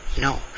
no